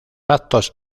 actos